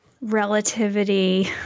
relativity